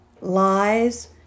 lies